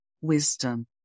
wisdom